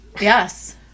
Yes